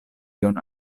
ion